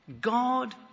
God